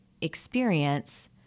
experience